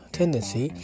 tendency